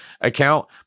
account